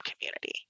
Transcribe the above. community